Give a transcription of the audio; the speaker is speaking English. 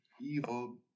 evil